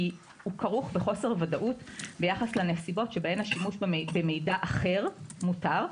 כי הוא כרוך בחוסר ודאות ביחס לנסיבות שבהן השימוש במידע אחר מותר.